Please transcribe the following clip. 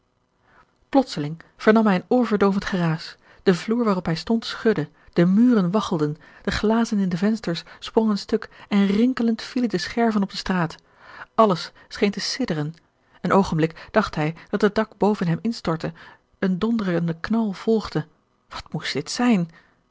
plotseling vernam hij een oorverdoovend geraas de vloer waarop hij stond schudde de muren waggelden de glazen in de vensters sprongen stuk en rinkelend vielen de scherven op de straat alles george een ongeluksvogel scheen te sidderen een oogenblik dacht hij dat het dak boven hem instortte een donderende knal volgde wat moest dit zijn